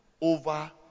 over